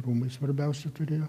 rūmai svarbiausi turėjo